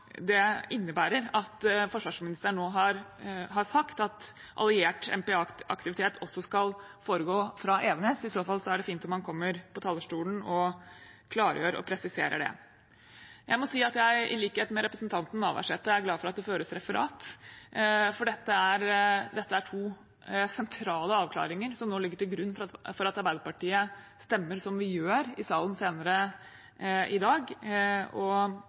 det innebærer at forsvarsministeren nå har sagt at alliert MPA-aktivitet også skal foregå fra Evenes. I så fall er det fint om han kommer på talerstolen og klargjør og presiserer det. Jeg må si at jeg, i likhet med representanten Navarsete, er glad for at det føres referat, for dette er to sentrale avklaringer, som nå ligger til grunn for at Arbeiderpartiet stemmer som vi gjør i salen senere i dag.